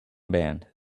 band